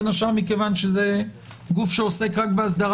בין השאר כי זה גוף שעוסק רק באסדרה